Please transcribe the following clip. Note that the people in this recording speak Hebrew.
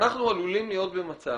אנחנו עלולים להיות במצב,